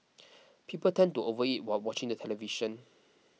people tend to overeat while watching the television